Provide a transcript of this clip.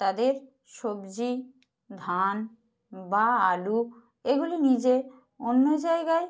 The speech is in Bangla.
তাদের সবজি ধান বা আলু এগুলো নিয়ে যেয়ে অন্য জায়গায়